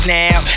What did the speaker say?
now